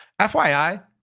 FYI